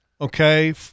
Okay